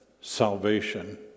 salvation